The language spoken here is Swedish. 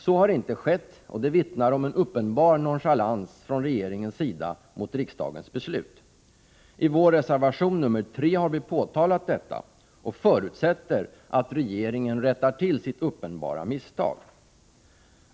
Så har inte skett, och det vittnar om en uppenbar nonchalans från regeringens sida mot riksdagens beslut. I vår reservation nr 3 har vi påtalat detta och förutsätter att regeringen rättar till sitt uppenbara misstag.